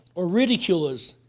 or ridiculous,